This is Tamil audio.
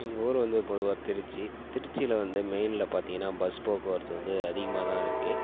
எங்கள் ஊர் வந்து பொதுவாக திருச்சி திருச்சியில் வந்து மெயின்ல பார்த்திங்கன்னா பஸ் போக்குவரத்து வந்து அதிகமாகதான் இருக்கு